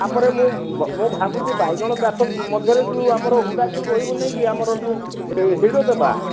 ତାପରେ ମୁଁ ମୁଁ ଭାବୁଚି ବାଇଗଣ ଚାଷ ମଧ୍ୟରେ ଯେଉଁ ଆମର ହୁଡ଼ା ଯେଉଁ ରହିବନିକି ଆମର ଯେଉଁ ହିଡ଼ଦେବା